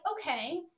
okay